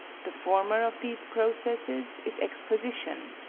the former of these processes is exposition,